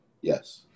Yes